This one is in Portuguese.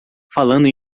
falando